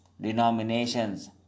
Denominations